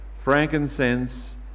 frankincense